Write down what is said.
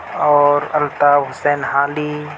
اور الطاف حسین حالی